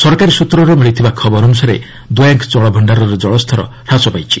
ସରକାରୀ ସୂତ୍ରରୁ ମିଳିଥିବା ଖବର ଅନୁସାରେ ଦୋୟାଙ୍ଗ୍ କଳଭଣ୍ଡାରର ଜଳସ୍ତର ହ୍ରାସ ପାଇଛି